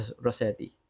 Rossetti